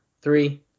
three